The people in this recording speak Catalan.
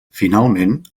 finalment